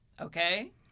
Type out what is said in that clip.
okay